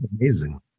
Amazing